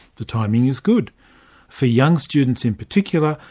the timing is good for young students in particular,